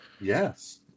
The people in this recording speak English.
yes